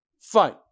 fine